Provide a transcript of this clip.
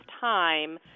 time